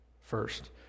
first